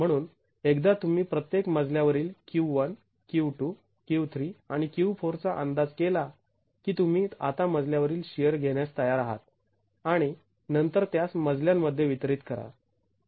म्हणून एकदा तुम्ही प्रत्येक मजल्या वरील Q 1 Q 2 Q 3 आणि Q 4 चा अंदाज केला की तुम्ही आता मजल्या वरील शिअर घेण्यास तयार आहात आणि नंतर त्यास मजल्यांमध्ये वितरित करा